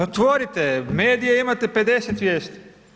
Otvorite medije imate 50 vijesti.